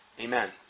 Amen